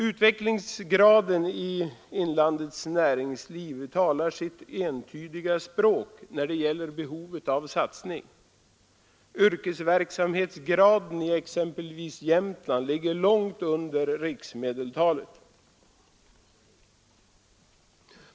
Utvecklingsgraden i inlandets näringsliv talar sitt entydiga språk när det gäller behovet av satsning. Yrkesverksamhetsgraden i exempelvis Jämtland ligger långt under riksmedeltalet.